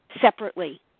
separately